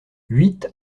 huit